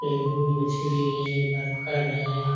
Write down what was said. रेहू मछली है बरकर है